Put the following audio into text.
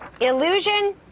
Illusion